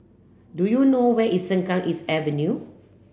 do you know where is Sengkang East Avenue